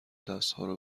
دستهارو